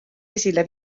esile